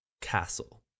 Castle